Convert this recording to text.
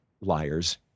Liars